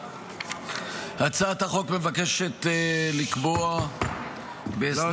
הצעת החוק מבקשת לקבוע -- לא,